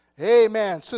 Amen